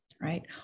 right